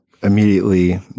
immediately